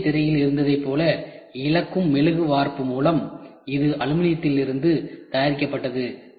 முந்தைய திரையில் இருந்ததைப் போல இழக்கும் மெழுகு வார்ப்பு மூலம் இது அலுமினியத்திலிருந்து தயாரிக்கப்பட்டது